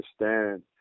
understand